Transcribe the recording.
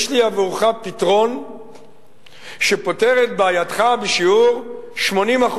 יש לי עבורך פתרון שפותר את בעייתך בשיעור 80%,